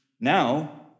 now